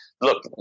look